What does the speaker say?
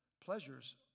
pleasures